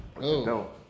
No